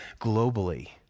globally